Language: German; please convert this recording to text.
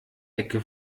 ecke